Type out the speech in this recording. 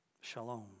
Shalom